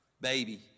Baby